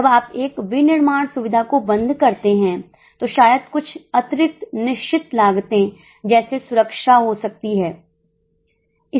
जब आप एक विनिर्माण सुविधा को बंद करते हैं तो शायद कुछ अतिरिक्त निश्चित लागतें जैसे सुरक्षा हो सकती हैं